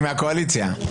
היא מהקואליציה.